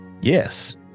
Yes